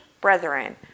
brethren